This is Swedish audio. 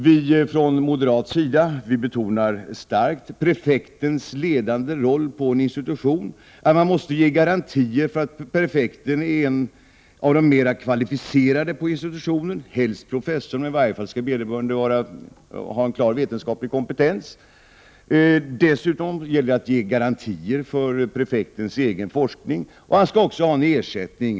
Vi betonar från moderata samlingspartiets sida starkt prefektens ledande roll på en institution. Man måste ge garantier för att prefekten skall vara en av de mera kvalificerade på institutionen. Vederbörande skall helst vara professor, men skall i varje fall ha en klar vetenskaplig kompetens. Dessutom gäller det att ge garantier för prefektens egen forskning.